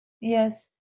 yes